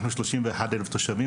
אנחנו 31,000 תושבים,